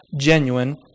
genuine